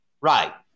right